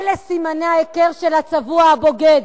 אלה סימני ההיכר של הצבוע הבוגד,